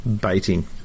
baiting